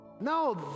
No